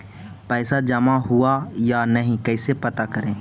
पैसा जमा हुआ या नही कैसे पता करे?